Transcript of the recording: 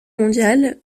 mondiale